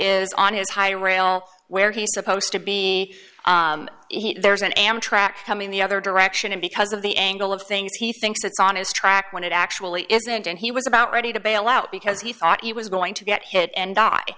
is on his high rail where he's supposed to be there's an amtrak coming the other direction and because of the angle of things he thinks it's on his track when it actually isn't and he was about ready to bail out because he thought he was going to get hit and